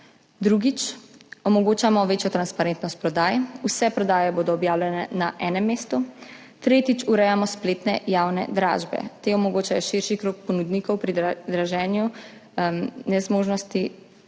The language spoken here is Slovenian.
Drugič, omogočamo večjo transparentnost prodaj. Vse prodaje bodo objavljene na enem mestu. Tretjič, urejamo spletne javne dražbe. Te omogočajo širši krog ponudnikov pri draženju in nezmožnosti